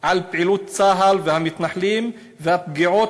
על פעילות צה"ל והמתנחלים והפגיעות